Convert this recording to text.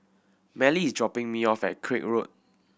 Mallie is dropping me off at Craig Road